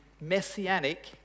messianic